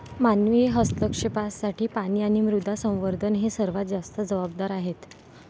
मानवी हस्तक्षेपासाठी पाणी आणि मृदा संवर्धन हे सर्वात जास्त जबाबदार आहेत